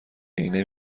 عینه